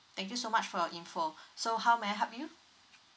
thank you so much for your info so how may I help you